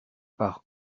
par